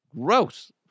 Gross